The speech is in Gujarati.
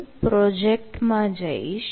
હું પ્રોજેક્ટ માં જઈશ